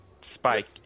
spike